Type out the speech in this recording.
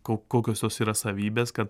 kau kokios tos yra savybės kad